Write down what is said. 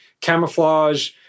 camouflage